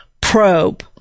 probe